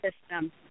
system